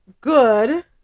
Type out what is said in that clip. good